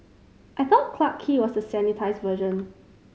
I thought Clarke Quay was the sanitised version